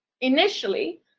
Initially